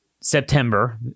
September